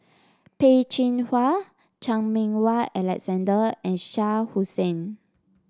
Peh Chin Hua Chan Meng Wah Alexander and Shah Hussain